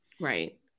Right